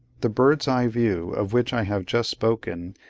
the bird's-eye view, of which i have just spoken,